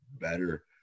better